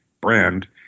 brand